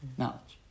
knowledge